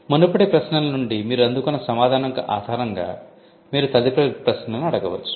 మునుపటి ప్రశ్నల నుండి మీరు అందుకున్న సమాధానం ఆధారంగా మీరు తదుపరి ప్రశ్నలను అడగవచ్చు